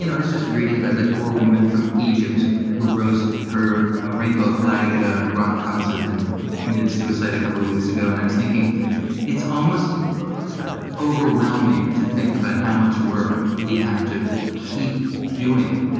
you know it's just reading about the poor woman from egypt who rose her and rainbow flag at a rock concert and committed suicide a couple of weeks ago. and i was thinking it's almost overwhelming to think about how much work we have to keep doing.